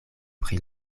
pri